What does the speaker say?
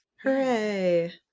Hooray